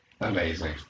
Amazing